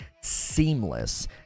seamless